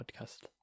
podcast